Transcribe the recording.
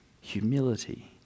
humility